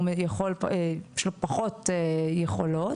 יש לו פחות יכולות.